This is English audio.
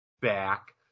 back